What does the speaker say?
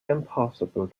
impossible